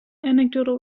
anecdotal